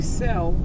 sell